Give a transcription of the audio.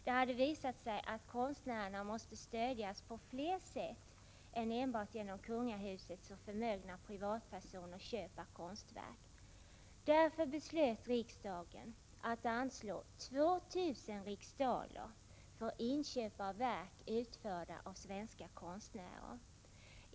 Det hade visat sig att konstnärerna måste stödjas på fler sätt än enbart genom kungahusets och förmögna privatpersoners köp av konstverk. Därför beslöt riksdagen att anslå 2 000 riksdaler för inköp av verk utförda av svenska konstnärer.